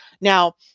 Now